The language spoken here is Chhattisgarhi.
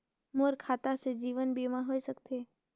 मोर खाता से जीवन बीमा होए सकथे?